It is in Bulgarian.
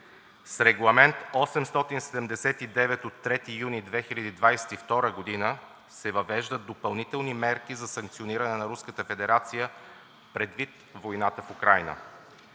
С Регламент 879 от 3 юни 2022 г. се въвеждат допълнителни мерки за санкциониране на Руската федерация предвид войната в Украйна.